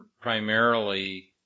primarily